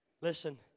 Listen